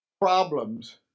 problems